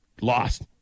Lost